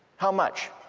how much?